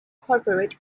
corporate